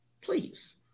please